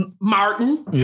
Martin